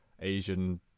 Asian